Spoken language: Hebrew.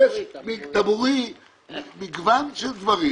יש מגוון של דברים